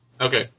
Okay